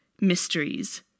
mysteries